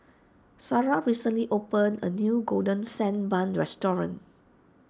Sara recently opened a new Golden Sand Bun restaurant